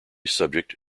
subject